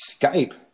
Skype